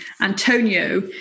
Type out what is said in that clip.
antonio